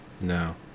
No